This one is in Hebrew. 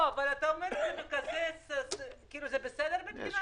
זה בסדר מבחינתך?